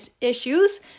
issues